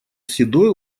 седой